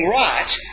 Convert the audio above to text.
right